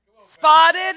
Spotted